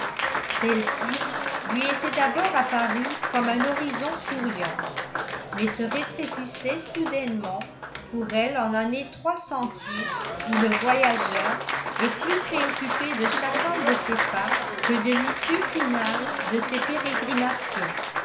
celle-ci lui était d'abord apparue comme un horizon souriant mais se rétrécissait soudainement pour elle en un étroit sentier où le voyageur est plus préoccupé de chacun de ses pas que de l'issue finale de ses pérégrinations